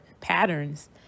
patterns